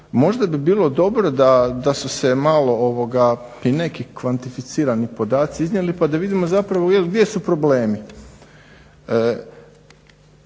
možda bi bilo dobro da su se malo i neki kvantificirani podaci iznijeli pa da vidimo zapravo gdje su problemi.